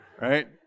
right